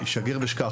היא ׳שגר ושכח'.